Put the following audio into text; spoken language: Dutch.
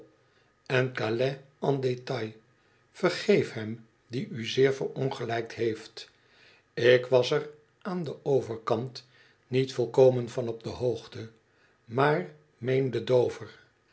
en calais en détail vergeef hem die u zeer verongelijkt heeft ik was er aan den overkant niet volkomen van op de hoogte maar meende